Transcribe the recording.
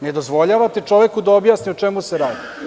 Ne dozvoljavate čoveku da objasni o čemu se radi.